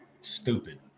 Stupid